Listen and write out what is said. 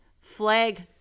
Flag